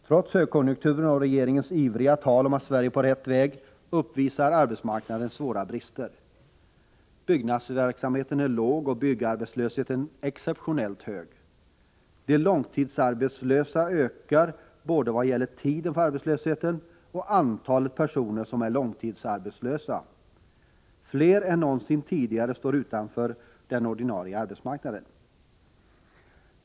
Trots högkonjunktur och regeringens ivriga tal om att Sverige är på rätt väg uppvisar arbetsmarknaden svåra brister: —- Byggnadsverksamheten är låg och byggarbetslösheten exceptionellt hög. — Långtidsarbetslösheten ökar både när det gäller tiden för arbetslösheten och när det gäller antalet personer som är långtidsarbetslösa. —- Flera än någonsin tidigare står utanför den ordinarie arbetsmarknaden.